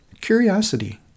Curiosity